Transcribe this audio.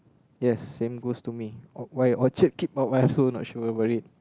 yes same goes to me Orchard keep up I'm also not sure about it